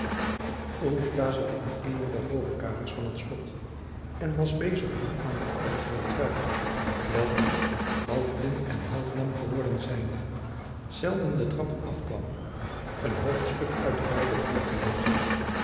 zat in eene der bovenkamers van het slot en was bezig om aan de oude geertrui welke half blind en half lam geworden zijnde zelden de trappen afkwam een hoofdstuk uit den bijbel voor te lezen